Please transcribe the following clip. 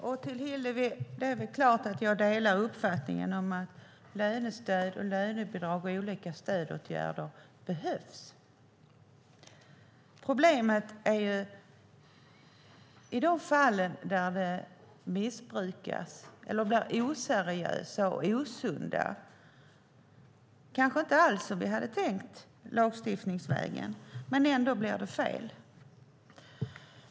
Herr talman! Det är klart att jag delar uppfattningen att lönestöd, lönebidrag och olika stödåtgärder behövs. Problemet är om de missbrukas eller om det blir oseriösa och osunda förhållanden och inte alls som vi hade tänkt med lagstiftningen.